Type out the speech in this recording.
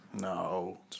No